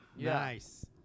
Nice